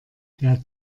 der